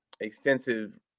extensive